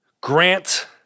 Grant